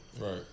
Right